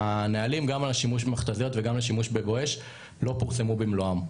הנהלים גם על השימוש במכת"זיות וגם על השימוש ב"בואש" לא פורסמו במלואם.